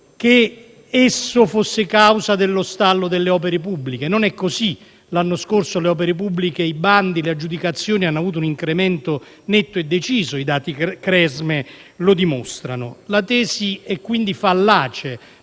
che esso sia causa dello stallo delle opere pubbliche. Non è così. L'anno scorso le opere pubbliche, i bandi e le aggiudicazioni hanno avuto un incremento netto e deciso, come dimostrato dai dati del Cresme. La tesi è quindi fallace.